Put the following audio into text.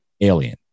Alien